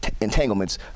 entanglements